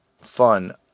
fun